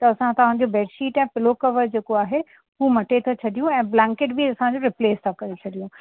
असां तव्हां खे बेट शीट ऐं पिलो कवर जेको आहे हू मटे था छॾियूं ऐं ब्लैंकेट बि असां रिप्लेस करे था छॾियूं पर